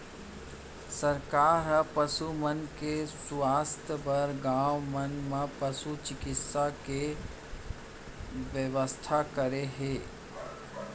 सरकार ह पसु मन के सुवास्थ बर गॉंव मन म पसु चिकित्सा के बेवस्था करे हे